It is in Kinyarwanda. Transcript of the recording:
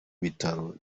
bitaro